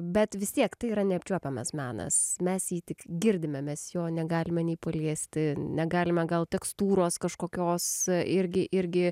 bet vis tiek tai yra neapčiuopiamas menas mes jį tik girdime mes jo negalime nei paliesti negalime gal tekstūros kažkokios irgi irgi